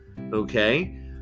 okay